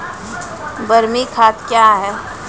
बरमी खाद कया हैं?